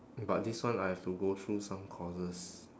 but this one I have to go through some courses